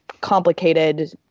complicated